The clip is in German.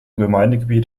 gemeindegebiet